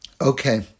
Okay